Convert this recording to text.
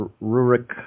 Rurik